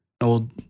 old